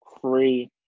free